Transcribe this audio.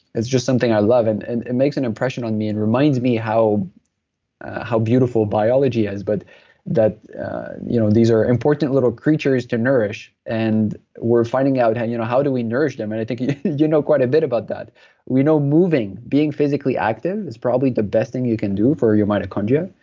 is just something i love. and and it makes an impression on me and reminds me how how beautiful biology is, but that you know these are important little creatures to nourish, and we're finding out, how you know how do we nourish them? and i think you know quite a bit about that we know moving, being physically active, is probably the best thing you can do for your mitochondria.